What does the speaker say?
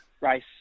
race